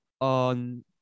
on